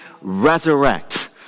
resurrect